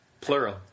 Plural